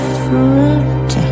fruit